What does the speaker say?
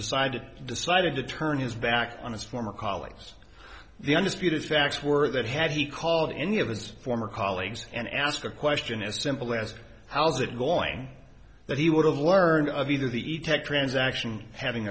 decided decided to turn his back on his former colleagues the undisputed facts were that had he called any of his former colleagues and asked a question as simple as how's it going that he would have learned of either the e tec transaction having